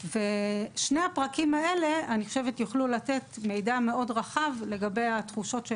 ושני הפרקים האלה יוכלו לתת מידע מאוד רחב לגבי התחושות של